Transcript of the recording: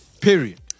Period